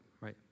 right